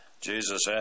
Jesus